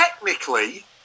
Technically